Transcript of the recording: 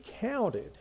counted